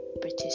British